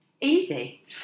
Easy